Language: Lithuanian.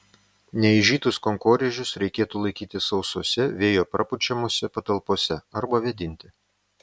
neaižytus kankorėžius reikėtų laikyti sausose vėjo prapučiamose patalpose arba vėdinti